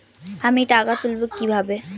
আমি টাকা তুলবো কি ভাবে?